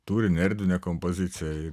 tūrinė erdvinė kompozicija